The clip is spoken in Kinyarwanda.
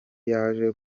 yaje